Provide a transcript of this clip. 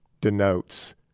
denotes